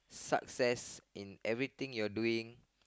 success in everything you're doing